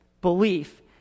belief